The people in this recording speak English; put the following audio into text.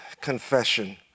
confession